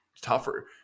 tougher –